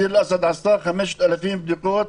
דיר אל-אסד עשתה 5,000 בדיקות.